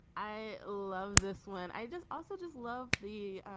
i love this one i just also just love the